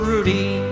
Rudy